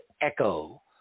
echo